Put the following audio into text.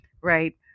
right